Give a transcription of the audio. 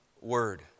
word